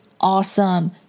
awesome